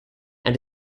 and